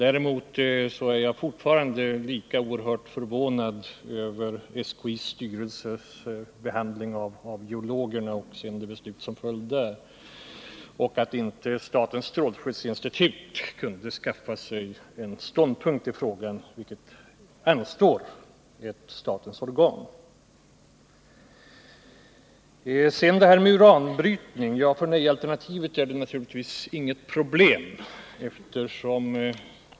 Jag är fortfarande oerhört förvånad över SKI:s styrelses behandling av geologerna och det beslut som där fattades samt att inte statens strålskyddsinstitut kunde skaffa sig en ståndpunkt — när det gäller åtgärder vid stora kärnkraftsolyckor — något som anstår ett statens organ. Uranbrytning är naturligtvis inget problem för nej-alternativet.